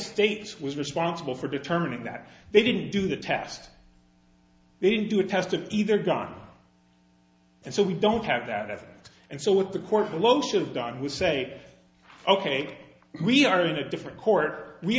states was responsible for determining that they didn't do the test they didn't do a test of either gun and so we don't have that and so what the court below should've done we say ok we are in a different court